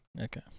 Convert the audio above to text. Okay